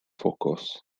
ffocws